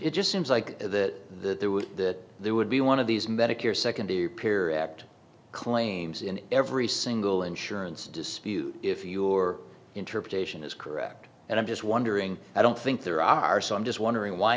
it just seems like that there would that there would be one of these medicare secondary peer act claims in every single insurance dispute if your interpretation is correct and i'm just wondering i don't think there are so i'm just wondering why